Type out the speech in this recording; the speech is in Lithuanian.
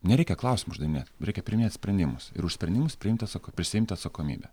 nereikia klausimų uždavinėt reikia priiminėt sprendimus ir už sprendimus priimt atsa prisiimt atsakomybę